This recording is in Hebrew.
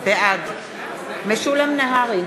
בעד משולם נהרי,